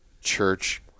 church